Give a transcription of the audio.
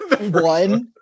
one